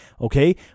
Okay